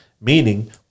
Meaning